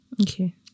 Okay